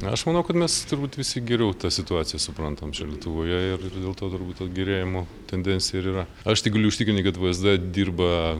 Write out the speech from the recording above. aš manau kad mes turbūt visi geriau tą situaciją suprantam lietuvoje ir dėl to turbūt to gerėjimo tendencija ir yra aš tik galiu užtikrinti kad vsd dirba